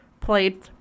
Played